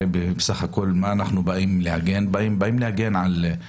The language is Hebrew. הרי בסך הכול אנחנו באים להגן על הניקיון,